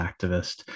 activist